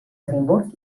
edimburg